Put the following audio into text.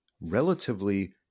relatively